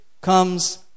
comes